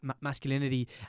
masculinity